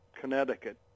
Connecticut